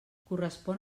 correspon